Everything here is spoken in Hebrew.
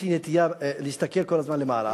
יש לי נטייה להסתכל כל הזמן למעלה.